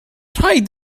rhaid